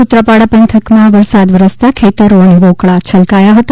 સુત્રાપાડા પંથકમાં વરસાદ વરસતા ખપ્તરો અન વોકળા છલકાયા હતા